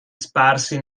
sparsi